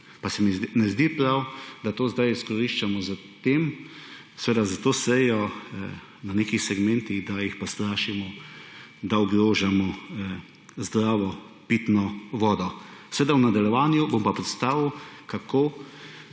pa se mi ne zdi prav, da to zdaj izkoriščamo s tem − seveda, za to sejo −, na nekih segmentih, da jih pa strašimo, da ogrožamo zdravo pitno vodo. V nadaljevanju bom pa predstavil, kako